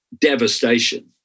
devastation